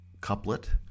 couplet